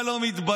אתה לא מתבייש?